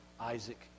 Isaac